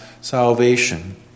salvation